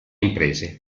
imprese